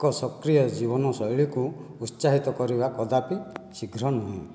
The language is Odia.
ଏକ ସକ୍ରିୟ ଜୀବନଶୈଳୀକୁ ଉତ୍ସାହିତ କରିବା କଦପି ଶୀଘ୍ର ନୁହେଁ